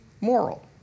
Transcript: moral